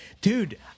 dude